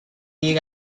you